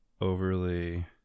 overly